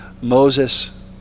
Moses